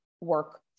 work